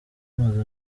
amaze